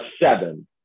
seven